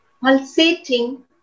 pulsating